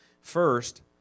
first